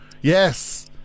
Yes